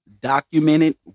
documented